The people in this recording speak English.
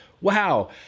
Wow